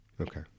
Okay